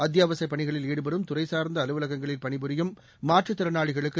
அத்தியாவசியப் பணிகளில் ஈடுபடும் துறை சார்ந்த அலுவலகங்களில் பணிபுரியும் மாற்றுத் திறனாளிகளுக்கு